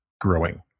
growing